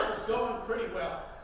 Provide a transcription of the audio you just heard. going pretty well.